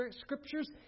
scriptures